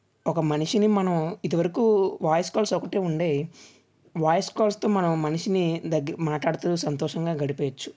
ఒక మనిషిని మనం ఇదివరకు వాయిస్ కాల్స్ ఒకటే ఉండి వాయిస్ కాల్స్తో మనం మనిషిని దగ్గరగా మాట్లాడుతూ సంతోషంగా గడిపేయొచ్చు